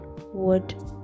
wood